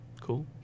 Cool